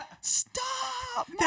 stop